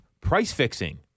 price-fixing